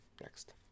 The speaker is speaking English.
Next